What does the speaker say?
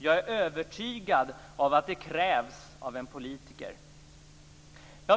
Jag är övertygad om att det krävs av en politiker.